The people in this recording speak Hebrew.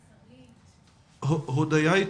הודיה.